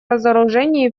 разоружения